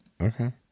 Okay